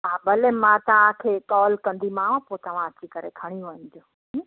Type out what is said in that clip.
हा भले मां तव्हांखे कॉल कंदीमांव पोइ तव्हां अची करे खणी वञिजो